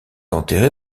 enterré